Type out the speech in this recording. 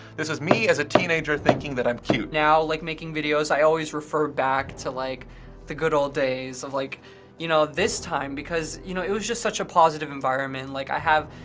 this was me as a teenager thinking that i'm cute. now, like making videos, i always refer back to like the good old days of, like you know, this time, because you know it was just such a positive environment. like i have,